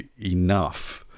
enough